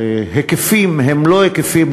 וההיקפים הם לא היקפים,